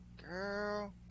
Girl